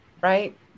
right